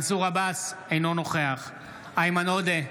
אינו נוכח איימן עודה,